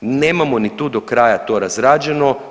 Nemamo ni tu do kraja to razrađeno.